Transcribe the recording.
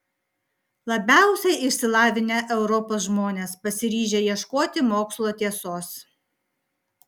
labiausiai išsilavinę europos žmonės pasiryžę ieškoti mokslo tiesos